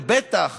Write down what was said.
ובטח